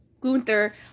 Gunther